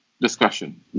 discussion